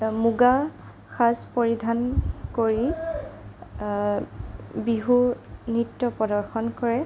মুগা সাজ পৰিধান কৰি বিহু নৃত্য প্ৰদৰ্শন কৰে